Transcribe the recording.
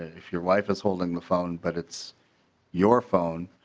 if your wife is holding the phone but it's your phone